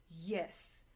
Yes